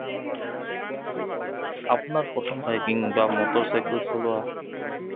আপোনাৰ প্ৰথম বাইকিং বা মটৰচাইকেল চলোৱা